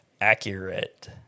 accurate